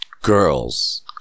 girls